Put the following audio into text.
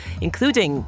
including